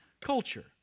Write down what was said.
culture